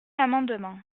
amendement